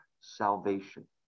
salvation